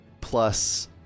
plus